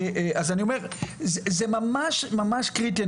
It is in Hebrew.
זה ממש ממש קריטי,